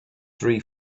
three